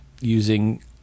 using